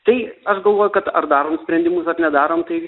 tai aš galvoju kad ar darom sprendimus ar nedarom tai